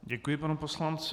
Děkuji panu poslanci.